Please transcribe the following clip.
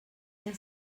mil